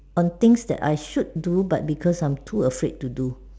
on things that I should do but because I'm too afraid to do